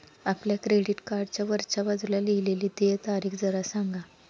आपल्या क्रेडिट कार्डच्या वरच्या बाजूला लिहिलेली देय तारीख जरा सांगा